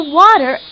water